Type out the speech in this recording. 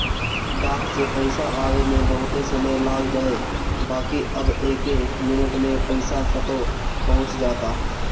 डाक से पईसा आवे में बहुते समय लाग जाए बाकि अब एके मिनट में पईसा कतो पहुंच जाता